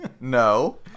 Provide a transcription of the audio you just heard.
no